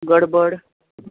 गडबड